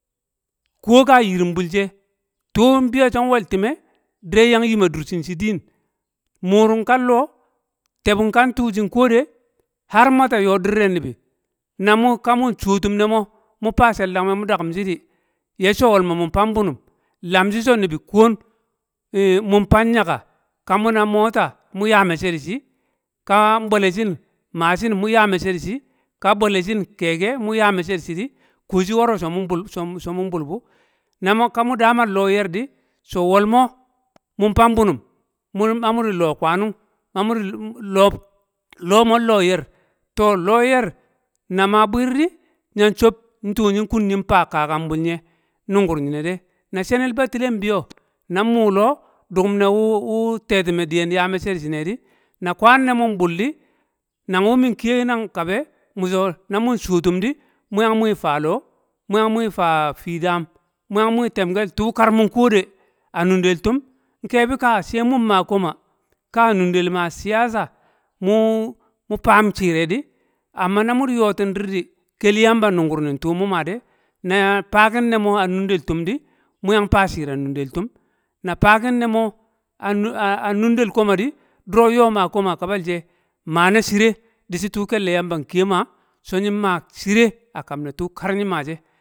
ku̱wo̱ ka yiri̱m bu̱l she̱ tuun biyo̱ so̱n wo̱l ti̱me̱ dire̱ yang yi̱ma dushi̱n shi̱ di̱n. mu̱ru̱ng kan lo, te̱bung kan tu shin kuwo de̱ Har wmata yo̱ di̱re nibi̱, namu̱-kamu̱n shawo̱ tu̱m nemo, mu fa she̱ll dakum me̱ mu̱ daku̱m shi̱di̱, ye̱ shi̱ so wolmo̱ mu̱n fang bunu̱m, lam shi̱ so̱ ni̱bi̱ ku̱wo̱ mun fang nyaka, ka muna Mota mu̱ ya me̱cce̱ di̱shi̱ ka nbwe̱le̱ shi̱n Mashine mu̱ ya me̱cce̱ di̱shi̱, ka bwe̱le̱ shi̱n Keke mu̱ ya me̱cce̱ di̱shi̱ di̱, kuwo shi̱ woro so mun bu̱l- so- so mu̱n bulbu̱. nama kamu̱ dam an lo̱ ye̱rr di, wolmo̱ mun fang bunu̱m mu̱-mamu̱ di̱ loo̱ kwanu̱ng mamu̱ di- lo- lomo loo yerr To, loo ye̱rr na ma bwiir di, yan chop tu̱ nyi̱̣n fa kakambu̱l nye in nu̱ngu̱r nyine de, na she̱ni̱ buttile nbiyo̱ na mu̱ loo duku̱m ne wu te̱time̱ diye̱n ya me̱cce̱ dịshi̱n ne di na kwan neme̱ mbuldi̱, nang wu̱ nan kiye̱ nang kube, numba namu̱n shuwo tu̱m mu̱ yang wmi̱ fa loo, mu yang wmi̱ fa fii du̱n mu yang wmi te̱mke̱l kan tu̱ mu̱n kuwo de̱ a nu̱nde̱l tu̱m, nke̱bi̱ ka sai mu̱n ma ko̱ ma, ka a nu̱nde̱l ma Siyasa mu- mu tam shiire̱di̱ Amma no mu̱n yo̱tin di̱r di, ke̱li yamba nungu̱r ni̱n tuu mu̱ ma de, na faa kin nemo a- an nunde̱l komde̱, duro nyo mah koma a kabul she, mah na shire dishi tu kelle yamba nkiye ma so nyi ma shire a kam ne̱ kar tuu nyi ma sh.